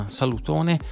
salutone